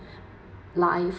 life